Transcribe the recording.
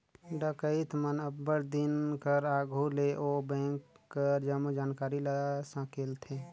डकइत मन अब्बड़ दिन कर आघु ले ओ बेंक कर जम्मो जानकारी ल संकेलथें